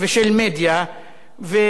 וחבל,